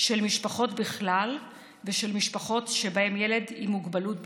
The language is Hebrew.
של משפחות בכלל ושל משפחות שבהן ילד עם מוגבלות בפרט.